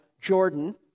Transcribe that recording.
Jordan